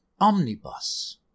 omnibus